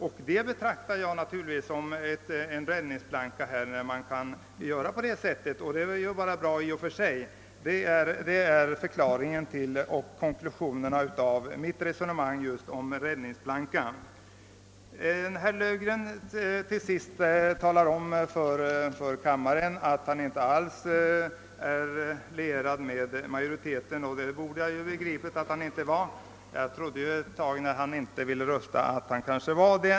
Det är bara bra om man kunnat driva det dithän. Detta betraktar jag som en räddningsplanka. Det är förklaringen till mitt resonemang om räddningsplankan. Herr Löfgren talade till sist om för kammaren att han inte alls är lierad med majoriteten i utskottet — det borde jag naturligtvis ha begripit att han inte är, men jag trodde ett tag, när han inte ville rösta, att han kanske var det.